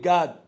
God